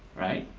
right?